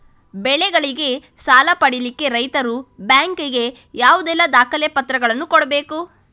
ಬೆಳೆಗಳಿಗೆ ಸಾಲ ಪಡಿಲಿಕ್ಕೆ ರೈತರು ಬ್ಯಾಂಕ್ ಗೆ ಯಾವುದೆಲ್ಲ ದಾಖಲೆಪತ್ರಗಳನ್ನು ಕೊಡ್ಬೇಕು?